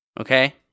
Okay